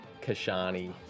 Kashani